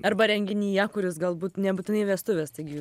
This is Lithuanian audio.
arba renginyje kuris galbūt nebūtinai vestuvės taigi jūs